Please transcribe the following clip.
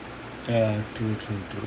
ya true true